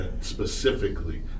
specifically